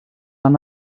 han